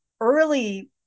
early